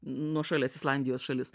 nuošalias islandijos šalis